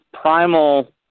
primal